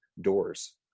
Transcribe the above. doors